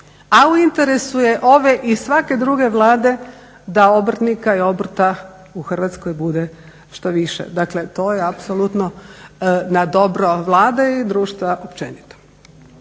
a u interesu je ove i svake druge Vlade da obrtnika i obrta u Hrvatskoj bude što više. Dakle, to je apsolutno na dobro Vlade i društva općenito.